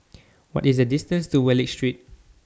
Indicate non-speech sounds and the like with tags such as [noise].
[noise] What IS The distance to Wallich Street